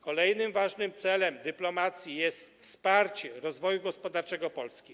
Kolejnym ważnym celem dyplomacji jest wsparcie rozwoju gospodarczego Polski.